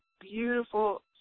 beautiful